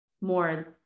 more